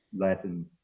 Latin